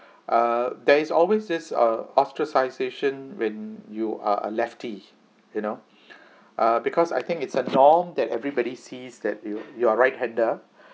uh there is always this uh ostracisation when you are a lefty you know uh because I think it's a norm that everybody sees that you you are right hander